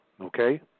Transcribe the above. okay